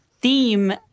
theme